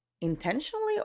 intentionally